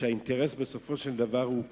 שהאינטרס בסופו של דבר הוא כספי,